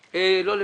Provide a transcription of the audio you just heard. למכבי.